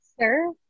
Sir